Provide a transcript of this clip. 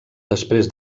després